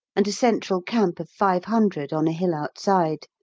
and a central camp of five hundred on a hill outside.